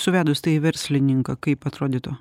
suvedus tai į verslininką kaip atrodytų